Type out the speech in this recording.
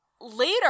later